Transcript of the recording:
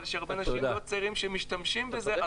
אבל יש הרבה אנשים לא צעירים שמשתמשים בזה,